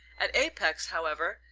at apex, however,